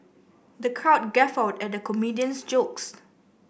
the crowd guffawed at the comedian's jokes